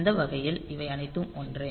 அந்த வகையில் இவை அனைத்தும் ஒன்றே